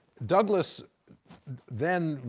douglas then,